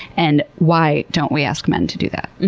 and why don't we ask men to do that?